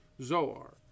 Zoar